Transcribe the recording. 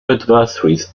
adversaries